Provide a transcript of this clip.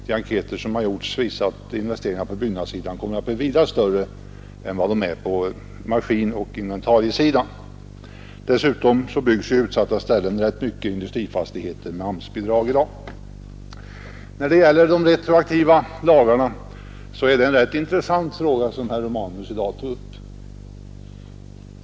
De enkäter som gjorts beträffande planerade investeringar på byggnadsområdet tyder på att dessa kommer att bli vida större än vad de är på maskinoch inventariesidan. Dessutom byggs det i dag på utsatta platser rätt många industrifastigheter med AMS-bidrag. De retroaktiva lagarna, som herr Romanus i dag tog upp, är en rätt intressant fråga.